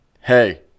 Hey